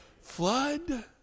flood